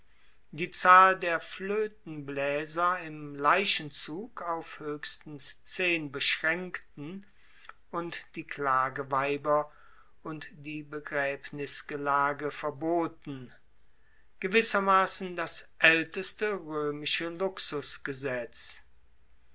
die zahl der floetenblaeser im leichenzug auf hoechstens zehn beschraenkten und die klageweiber und die begraebnisgelage verboten gewissermassen das aelteste roemische luxusgesetz